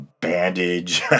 bandage